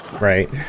Right